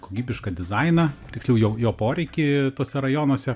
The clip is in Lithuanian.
kokybišką dizainą tiksliau jo jo poreikį tuose rajonuose